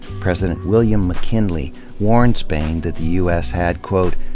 president william mckinley warned spain that the u s. had, quote,